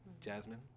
Jasmine